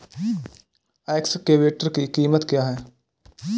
Excavator की कीमत क्या है?